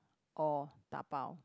or dabao